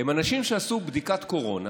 הם אנשים שעשו בדיקת קורונה